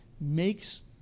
makes